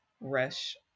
rush